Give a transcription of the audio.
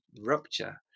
rupture